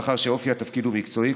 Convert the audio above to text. מאחר שאופי התפקיד הוא מקצועי,